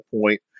point